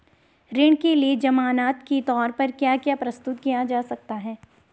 ऋण के लिए ज़मानात के तोर पर क्या क्या प्रस्तुत किया जा सकता है?